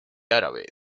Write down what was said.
árabe